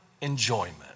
enjoyment